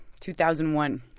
2001